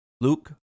Luke